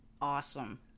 awesome